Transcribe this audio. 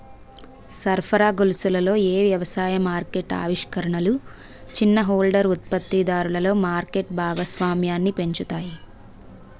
సరఫరా గొలుసులలో ఏ వ్యవసాయ మార్కెట్ ఆవిష్కరణలు చిన్న హోల్డర్ ఉత్పత్తిదారులలో మార్కెట్ భాగస్వామ్యాన్ని పెంచుతాయి?